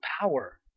power